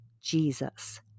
Jesus